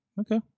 Okay